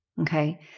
okay